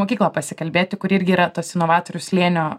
mokyklą pasikalbėti kuri irgi yra tarsi novatorių slėnio